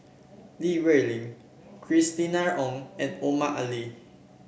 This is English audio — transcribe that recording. Li Rulin Christina Ong and Omar Ali